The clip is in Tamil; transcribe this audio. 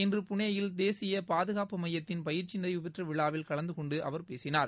இன்று புனேயில் தேசிய பாதுகாப்பு மையத்தின் பயிற்சி நிறைவுபெற்ற விழாவில் கலந்து கொண்டு அவர் பேசினார்